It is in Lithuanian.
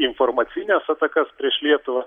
informacines atakas prieš lietuvą